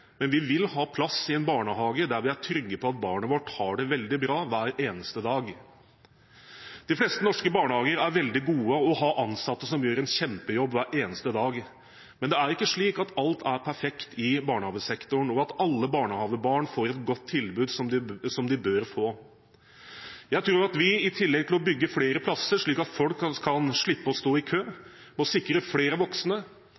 Men vi vil ha plass i en barnehage der vi er trygge på at barnet vårt har det veldig bra hver eneste dag. De fleste norske barnehager er veldig gode og har ansatte som gjør en kjempejobb hver eneste dag. Men det er ikke slik at alt er perfekt i barnehagesektoren, og at alle barnehagebarn får et så godt tilbud som de bør få. Jeg tror at vi i tillegg til å bygge flere plasser slik at folk kan slippe å stå i kø, må sikre flere voksne,